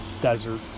desert